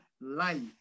life